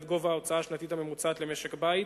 גובה ההוצאה השנתית הממוצעת למשק בית.